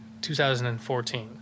2014